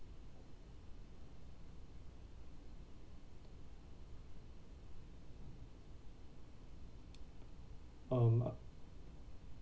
um